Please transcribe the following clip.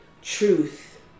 Truth